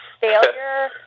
failure